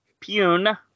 Pune